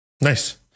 Nice